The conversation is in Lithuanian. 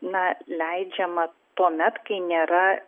na leidžiama tuomet kai nėra